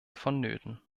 vonnöten